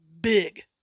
big